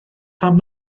pam